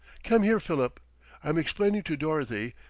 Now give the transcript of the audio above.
come here, philip i'm explaining to dorothy,